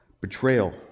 Betrayal